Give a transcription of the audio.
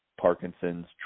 Parkinson's